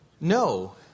no